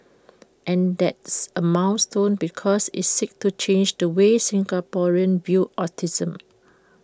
and that's A milestone because IT seeks to change the way Singaporeans view autism